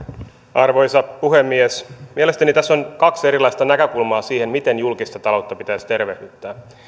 arvoisa puhemies mielestäni tässä on kaksi erilaista näkökulmaa siihen miten julkista taloutta pitäisi tervehdyttää